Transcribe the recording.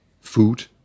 food